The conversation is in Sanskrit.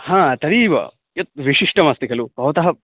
हा तदेव यत् विशिष्टमस्ति खलु भवतः